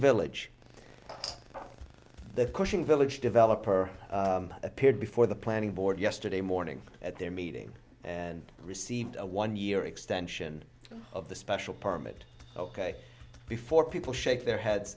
village the cushing village developer appeared before the planning board yesterday morning at their meeting and received a one year extension of the special permit ok before people shake their heads